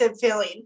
feeling